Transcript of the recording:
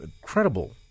incredible